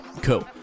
cool